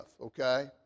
okay